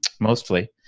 mostly